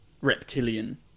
reptilian